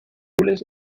jules